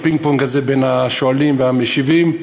את הפינג-פונג הזה בין השואלים לבין המשיבים.